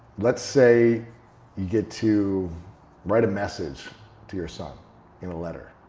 let's say you get to write a message to your son in a letter